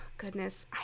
Goodness